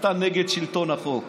והסתה נגד שלטון החוק.